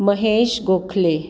Mahesh Gokhale